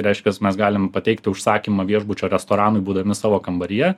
reiškias mes galim pateikti užsakymą viešbučio restoranui būdami savo kambaryje